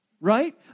right